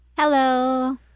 Hello